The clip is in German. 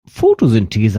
photosynthese